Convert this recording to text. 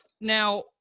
now